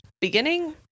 beginning